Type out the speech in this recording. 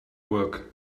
work